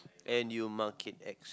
and you mark it X